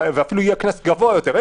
ואפילו יהיה קנס גבוה יותר,